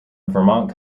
vermont